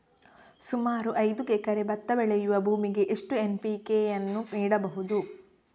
ಸುಮಾರು ಐದು ಎಕರೆ ಭತ್ತ ಬೆಳೆಯುವ ಭೂಮಿಗೆ ಎಷ್ಟು ಎನ್.ಪಿ.ಕೆ ಯನ್ನು ನೀಡಬಹುದು?